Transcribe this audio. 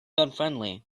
unfriendly